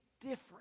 different